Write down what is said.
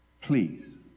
please